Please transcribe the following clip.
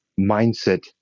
mindset